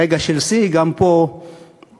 רגע של שיא, גם פה בכנסת.